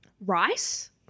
rice